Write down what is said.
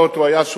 יש לו מידע,